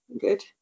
good